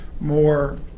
more